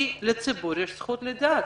כי לציבור יש זכות לדעת?